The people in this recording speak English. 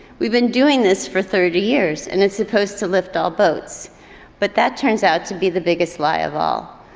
we've been doing this for thirty years and it's supposed to lift all boats but that turns out to be the biggest lie of all.